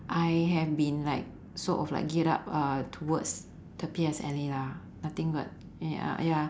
I have been like sort of like geared up uh towards the P_S_L_E lah nothing but ya ya